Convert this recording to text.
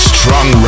Strong